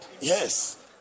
Yes